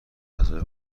غذای